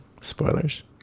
spoilers